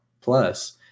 Plus